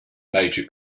major